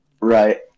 right